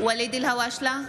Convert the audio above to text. אלהואשלה,